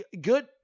good